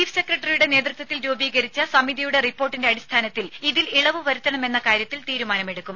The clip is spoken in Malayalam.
ചീഫ്സെക്രട്ടറിയുടെ നേതൃത്വത്തിൽ രൂപീകരിച്ച സമിതിയുടെ റിപ്പോർട്ടിന്റെ അടിസ്ഥാനത്തിൽ ഇതിൽ ഇളവു വരുത്തണമെന്ന കാര്യത്തിൽ തീരുമാനമെടുക്കും